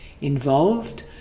involved